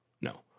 no